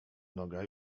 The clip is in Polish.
noga